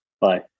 Bye